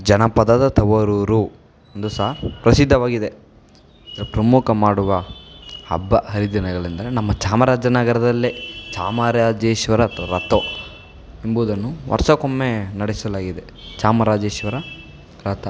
ಜನಪದದ ತವರೂರು ಎಂದು ಸಹ ಪ್ರಸಿದ್ಧವಾಗಿದೆ ದ ಪ್ರಮುಖ ಮಾಡುವ ಹಬ್ಬ ಹರಿದಿನಗಳೆಂದರೆ ನಮ್ಮ ಚಾಮರಾಜನಗರದಲ್ಲೇ ಚಾಮರಾಜೇಶ್ವರ ತೊ ರಥ ಎಂಬುದನ್ನು ವರ್ಷಕ್ಕೊಮ್ಮೆ ನಡೆಸಲಾಗಿದೆ ಚಾಮರಾಜೇಶ್ವರ ರಥ